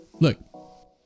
Look